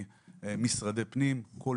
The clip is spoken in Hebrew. דרך אגב,